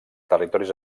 territoris